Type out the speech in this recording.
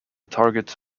target